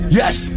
yes